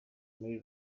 muri